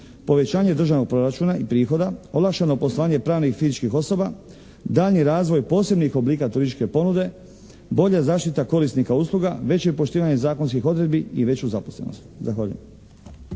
povećanje državnog proračuna i prihoda, olakšano poslovanje pravnih i fizičkih osoba, daljnji razvoj posebnih oblika turističke ponude, bolja zaštita korisnika usluga, veće poštivanje zakonskih odredbi i veću zaposlenost. Zahvaljujem.